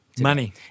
Money